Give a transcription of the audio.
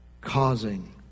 causing